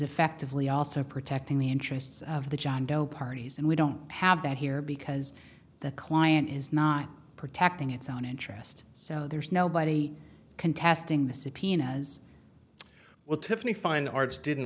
effectively also protecting the interests of the john doe parties and we don't have that here because the client is not protecting its own interests so there's nobody contesting the subpoena as well tiffani fine arts didn't